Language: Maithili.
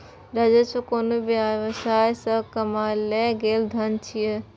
राजस्व कोनो व्यवसाय सं कमायल गेल धन छियै